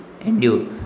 endure